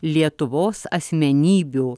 lietuvos asmenybių